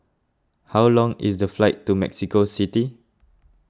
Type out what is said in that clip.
how long is the flight to Mexico City